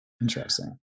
interesting